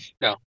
No